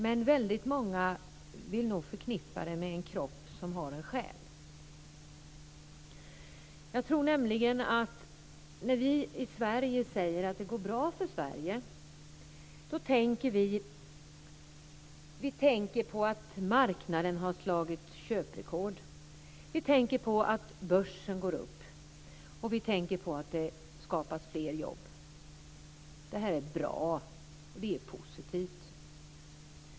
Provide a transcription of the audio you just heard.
Men väldigt många vill nog förknippa det med en kropp som har en själ. Jag tror nämligen att när vi i Sverige säger att det går bra för Sverige tänker vi på att marknaden har slagit köprekord, att börsen går upp och att det skapas fler jobb. Det är bra och positivt.